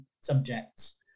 subjects